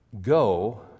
go